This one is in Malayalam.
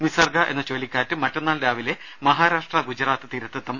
നിസർഗ എന്ന ചുഴലിക്കാറ്റ് മറ്റന്നാൾ രാവിലെ മഹാരാഷ്ട്ര ഗുജറാത്ത് തീരത്തെത്തും